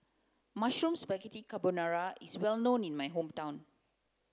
Mushroom Spaghetti Carbonara is well known in my hometown